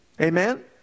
Amen